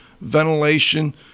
ventilation